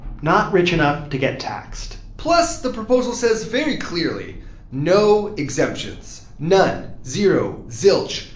not rich enough to get taxed plus, the proposal says, very clearly no exemptions none, zero, zilch,